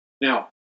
Now